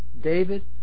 David